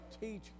teach